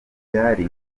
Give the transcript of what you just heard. byari